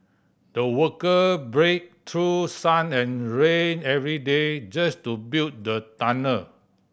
the worker braved through sun and rain every day just to build the tunnel